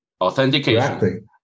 authentication